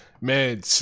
Man